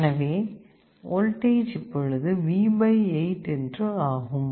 எனவே வோல்டேஜ் இப்பொழுது V 8 என்று ஆகும்